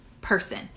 person